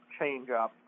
changeup